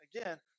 Again